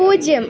പൂജ്യം